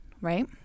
Right